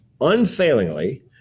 unfailingly